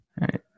right